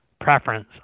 preference